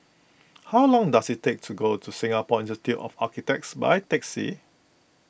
how long does it take to get to Singapore Institute of Architects by taxi